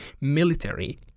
military